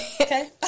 okay